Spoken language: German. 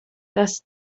das